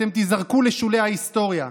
אתם תיזרקו לשולי ההיסטוריה.